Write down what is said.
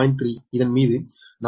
𝟑 இதன் மீது 4